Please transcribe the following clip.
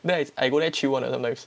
then is I go there chill one ah sometimes